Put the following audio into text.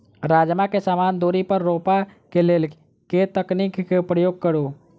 राजमा केँ समान दूरी पर रोपा केँ लेल केँ तकनीक केँ प्रयोग करू?